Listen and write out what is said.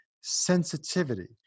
sensitivity